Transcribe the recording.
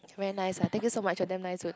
very nice ah thank you so much you're damn nice